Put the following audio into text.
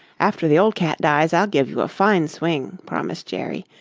after the old cat dies, i'll give you a fine swing, promised jerry.